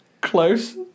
Close